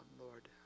lord